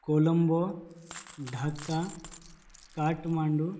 Colombo Dhaka Kathmandu